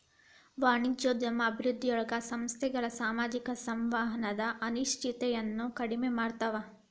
ವಾಣಿಜ್ಯೋದ್ಯಮ ಅಭಿವೃದ್ಧಿಯೊಳಗ ಸಂಸ್ಥೆಗಳ ಸಾಮಾಜಿಕ ಸಂವಹನದ ಅನಿಶ್ಚಿತತೆಯನ್ನ ಕಡಿಮೆ ಮಾಡ್ತವಾ